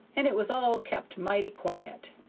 and it was all kept mighty quiet.